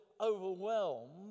overwhelmed